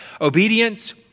Obedience